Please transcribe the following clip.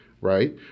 right